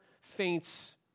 faints